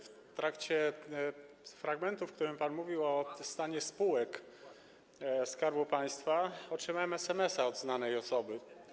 W trakcie fragmentu, w którym pan mówił o stanie spółek Skarbu Państwa, otrzymałem SMS-a od znanej osoby.